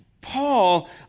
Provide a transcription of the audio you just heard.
Paul